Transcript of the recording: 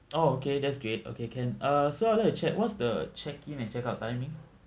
oh okay that's great okay can uh so I'd like to check what's the check in and check out timing